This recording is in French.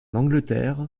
angleterre